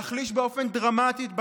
להחליש באופן דרמטי את בג"ץ,